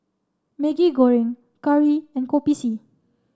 Maggi Goreng Curry and Kopi C